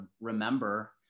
remember